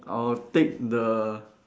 I'll take the